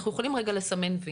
אנחנו יכולים רגע לסמן "וי",